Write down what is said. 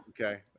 Okay